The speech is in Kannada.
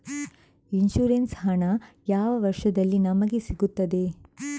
ಇನ್ಸೂರೆನ್ಸ್ ಹಣ ಯಾವ ವರ್ಷದಲ್ಲಿ ನಮಗೆ ಸಿಗುತ್ತದೆ?